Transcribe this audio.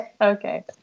Okay